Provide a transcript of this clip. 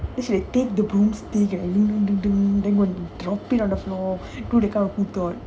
then she like take the broom stick and and drop ir on the floor do that kind of who thought